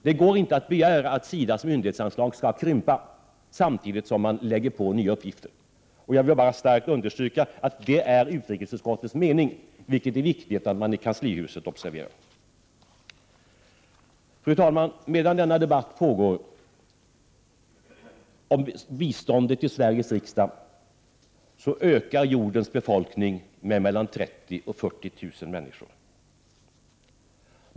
Det går inte att begära att SIDA:s myndighetsanslag skall krympa, samtidigt som man lägger på nya uppgifter. Jag vill starkt understryka att det är utrikesutskottets mening, vilket det är viktigt att man i kanslihuset observerar. Fru talman! Medan denna debatt om biståndet pågår i Sveriges riksdag, ökar jordens befolkning med mellan 30 000 och 40 000 människor.